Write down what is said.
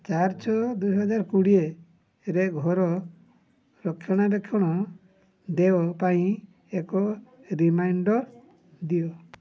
ଚାର ଛଅ ଦୁଇହଜାର କୋଡ଼ିଏରେ ଘର ରକ୍ଷଣାବେକ୍ଷଣ ଦେୟ ପାଇଁ ଏକ ରିମାଇଣ୍ଡର୍ ଦିଅ